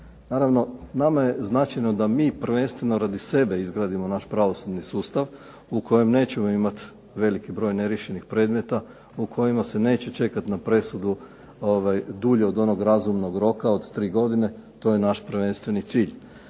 Naravno, nama je značajno da mi prvenstveno radi sebe izgradimo naš pravosudni sustav u kojem nećemo imati veliki broj neriješenih predmeta, u kojem se neće čekat na presudu dulje od onog razumnog roka od 3 godine. To je naš prvenstveni cilj.